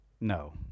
No